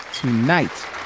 tonight